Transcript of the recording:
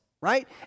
right